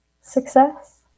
success